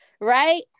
right